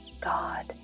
God